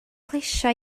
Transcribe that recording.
plesio